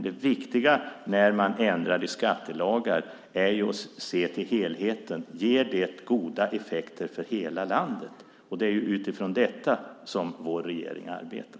Det viktiga är att se till helheten när man ändrar i skattelagar. Ger det goda effekter för hela landet? Det är utifrån detta som vår regering arbetar.